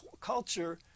culture